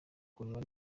kureba